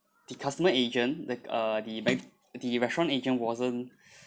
the customer agent that uh the back the restaurant agent wasn't